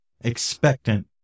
expectant